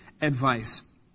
advice